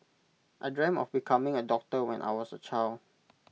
I dreamt of becoming A doctor when I was A child